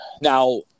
Now